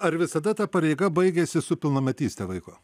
ar visada ta pareiga baigiasi su pilnametyste vaiko